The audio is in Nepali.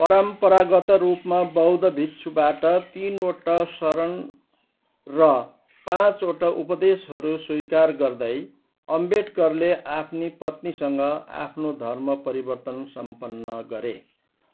परम्परागत रूपमा बौद्ध भिक्षुबाट तिनवटा शरण र पाँचवटा उपदेशहरू स्वीकार गर्दै अम्बेडकरले आफ्नी पत्नीसँग आफ्नो धर्म परिवर्तन सम्पन्न गरे